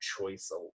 choice